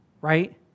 right